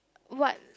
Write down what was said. what